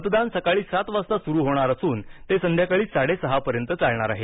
मतदान सकाळी सात वाजता सुरू होणार असून ते संध्याकाळी साडेसहापर्यंत चालणार आहे